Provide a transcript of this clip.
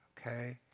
Okay